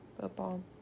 Football